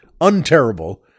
unterrible